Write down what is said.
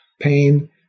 pain